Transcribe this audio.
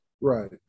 Right